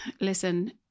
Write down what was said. listen